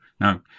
Now